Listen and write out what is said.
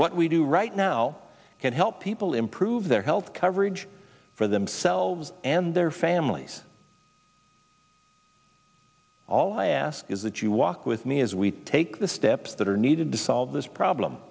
what we do right now can help people improve their health coverage for themselves and their families all i ask is that you walk with me as we take the steps that are needed to solve this problem